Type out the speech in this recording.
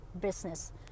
business